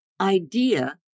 idea